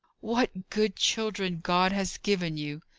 what good children god has given you!